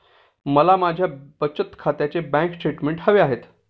मला माझ्या बचत खात्याचे बँक स्टेटमेंट्स हवे आहेत